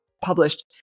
published